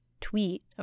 tweet